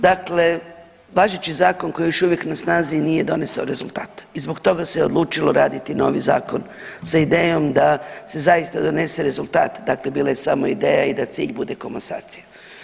Dakle, važeći zakon koji je još uvijek na snazi nije donesao rezultat i zbog toga se odlučilo raditi novi zakon sa idejom da se zaista donese rezultat takva je bila samo ideja i da cilj bude komasacija.